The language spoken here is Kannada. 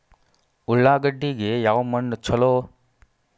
ಉಳ್ಳಾಗಡ್ಡಿಗೆ ಯಾವ ಮಣ್ಣು ಛಲೋ?